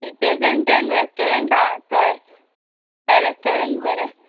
teachers एन टॅन restaurant आहा थंय ते रेस्टोरंट बरें